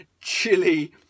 chili